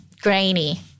Grainy